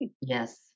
Yes